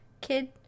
kid